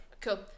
Cool